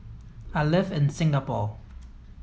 I live in Singapore